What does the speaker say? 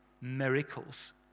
miracles